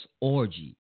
orgy